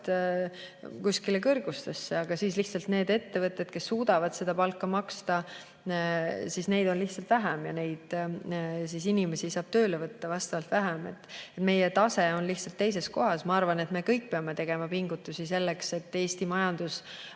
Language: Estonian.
kuskile kõrgustesse, aga siis lihtsalt neid ettevõtteid, kes suudavad seda palka maksta, on vähem ja inimesi saab tööle võtta vastavalt vähem. Meie tase on lihtsalt teises kohas. Ma arvan, et me kõik peame tegema pingutusi selleks, et Eesti majandus